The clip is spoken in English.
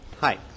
Hi